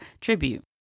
tribute